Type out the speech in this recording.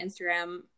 Instagram